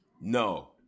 No